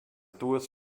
duas